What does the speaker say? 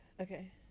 Okay